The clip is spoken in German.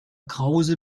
krause